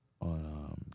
On